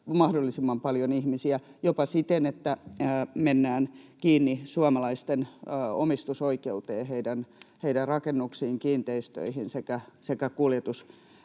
mahdollisimman paljon ihmisiä — jopa siten, että mennään kiinni suomalaisten omistusoikeuteen, heidän rakennuksiinsa, kiinteistöihinsä sekä